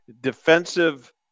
defensive